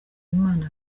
imana